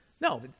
No